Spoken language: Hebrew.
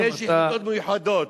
ויש יחידות מיוחדות.